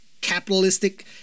capitalistic